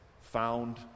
found